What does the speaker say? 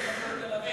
יפנו את תל-אביב,